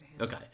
okay